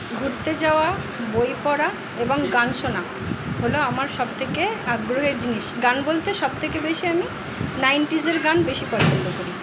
ঘুরতে যাওয়া বই পড়া এবং গান শোনা হল আমার সবথেকে আগ্রহের জিনিস গান বলতে সবথেকে বেশি আমি নাইনটিজের গান বেশি পছন্দ করি